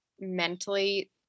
mentally